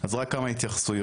אז רק כמה התייחסויות.